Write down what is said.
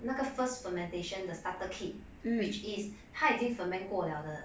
那个 first fermentation the starter kit which is 他已经 ferment 过了的